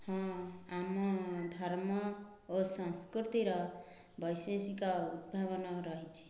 ହଁ ଆମ ଧର୍ମ ଓ ସଂସ୍କୃତିର ବୈଷୟିକ ଉଦ୍ଭାବନ ରହିଛି